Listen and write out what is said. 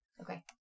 Okay